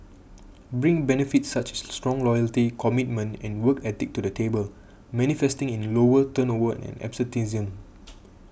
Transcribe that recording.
bring benefits such as strong loyalty commitment and work ethic to the table manifesting in lower turnover and absenteeism